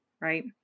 right